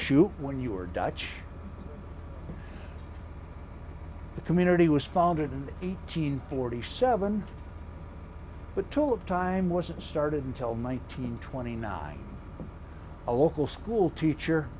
offshoot when you were dutch the community was founded in eight hundred forty seven but to all of time wasn't started until nineteen twenty nine a local school teacher